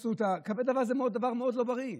כי זה דבר מאוד לא בריא,